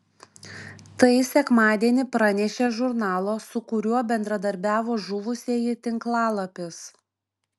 tai sekmadienį pranešė žurnalo su kuriuo bendradarbiavo žuvusieji tinklalapis